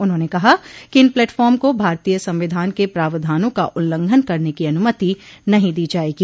उन्होंने कहा कि इन प्लेटफार्म को भारतीय संविधान के प्रावधानों का उल्लंघन करने की अनुमति नहीं दी जायेंगी